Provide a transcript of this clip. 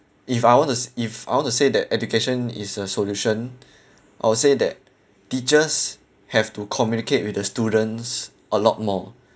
if I want to s~ if I want to say that education is a solution I would say that teachers have to communicate with the students a lot more